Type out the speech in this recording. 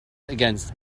against